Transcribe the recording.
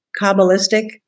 Kabbalistic